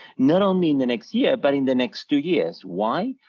not only in the next year but in the next two years, why?